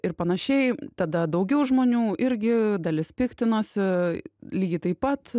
ir panašiai tada daugiau žmonių irgi dalis piktinosi lygiai taip pat